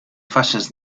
faces